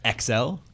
XL